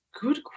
Good